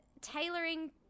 tailoring